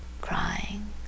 Crying